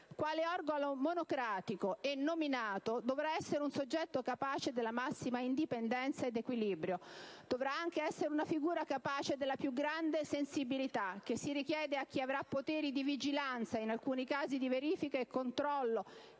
Quale organo monocratico (e nominato) dovrà essere un soggetto capace della massima indipendenza ed equilibrio. Dovrà anche essere una figura capace della più grande sensibilità che si richiede a chi avrà poteri di vigilanza, in alcuni casi di verifica e controllo;